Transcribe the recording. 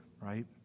right